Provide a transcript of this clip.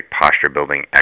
posture-building